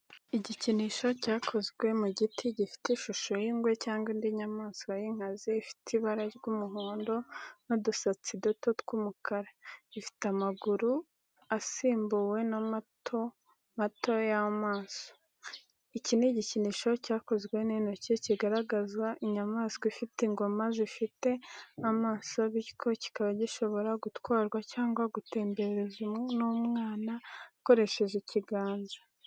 Igikinisho cyakozwe mu giti gifite ishusho y’ingwe cyangwa indi nyamaswa y’inkazi ifite ibara ry’umuhondo n’udusatsi duto tw’umukara ifite amaguru asimbuwe n’amato n’amato y’amaso. Iki ni igikinisho cyakozwe n’intoki kigaragaza inyamaswa ifite ingoma zifite amato bityo kikaba gishobora gutwarwa cyangwa gutemberezwa n’umwana akoresheje ikiganza.